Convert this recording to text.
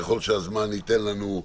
ככל שהזמן ייתן לנו,